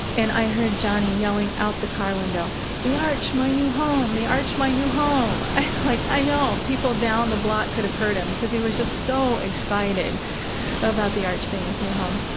and i heard johnny yelling out the car window, the arch, my new home! the arch, my new home! ah like, i know people down the block could have heard him because he was just so excited about the arch being his new home